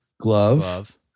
glove